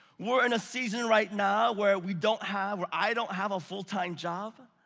we're in a season right now where we don't have, where i don't have a full time job.